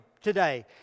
today